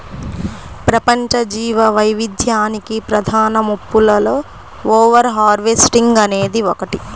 ప్రపంచ జీవవైవిధ్యానికి ప్రధాన ముప్పులలో ఓవర్ హార్వెస్టింగ్ అనేది ఒకటి